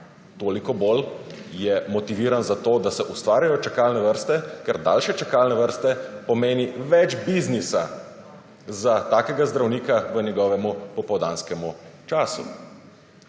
Toliko bolj je motiviran za to, da se ustvarjajo čakalne vrste, ker daljše čakalne vrste pomenijo več biznisa za takega zdravnika v njegovem popoldanskem času.